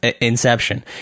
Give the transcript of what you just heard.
Inception